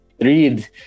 read